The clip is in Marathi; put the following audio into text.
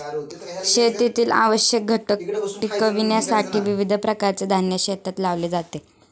शेतीतील आवश्यक घटक टिकविण्यासाठी विविध प्रकारचे धान्य शेतात लावले जाते